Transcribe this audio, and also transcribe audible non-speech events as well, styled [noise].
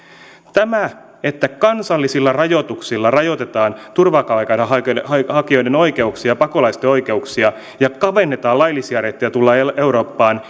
tämähän että kansallisilla rajoituksilla rajoitetaan turvapaikanhakijoiden ja pakolaisten oikeuksia ja kavennetaan laillisia reittejä tulla eurooppaan [unintelligible]